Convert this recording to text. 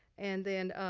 and then,